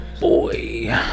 boy